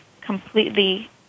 completely